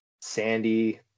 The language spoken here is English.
Sandy